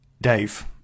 Dave